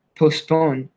postpone